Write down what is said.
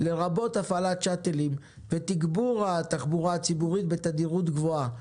לרבות הפעלת שאטלים ותגבור התחבורה הציבורית בתדירות גבוהה,